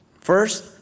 First